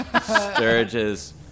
Sturge's